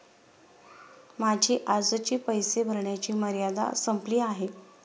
माझी आजची पैसे भरण्याची मर्यादा संपली आहे